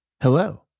Hello